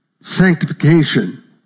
sanctification